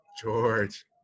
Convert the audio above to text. George